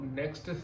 next